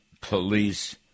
police